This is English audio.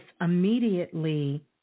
immediately